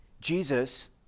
Jesus